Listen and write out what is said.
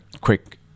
quick